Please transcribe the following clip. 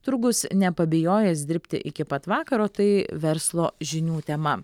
turgus nepabijojęs dirbti iki pat vakaro tai verslo žinių tema